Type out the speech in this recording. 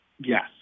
Yes